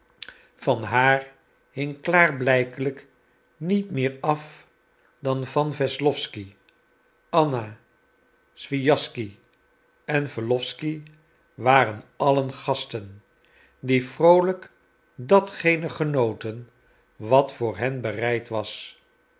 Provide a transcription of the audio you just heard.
van haar hing klaarblijkelijk niet meer af dan van wesslowsky anna swijaschsky en wesslowsky waren allen gasten die vroolijk datgene genoten wat voor hen bereid was